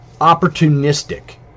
opportunistic